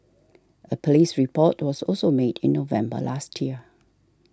a police report was also made in November last year